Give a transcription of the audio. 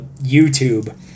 YouTube